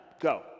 go